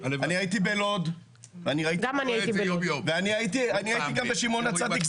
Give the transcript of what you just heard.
הייתי גם בלוד וגם בשמעון הצדיק,